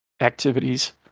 activities